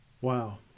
Wow